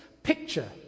picture